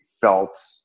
felt